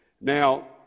Now